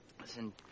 listen